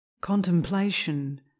Contemplation